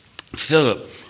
Philip